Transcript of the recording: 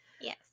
Yes